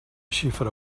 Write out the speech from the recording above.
xifra